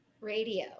Radio